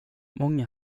många